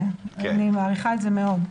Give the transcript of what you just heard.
מעריכה את זה מאוד.